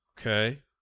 Okay